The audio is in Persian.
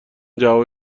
جواب